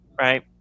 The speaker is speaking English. right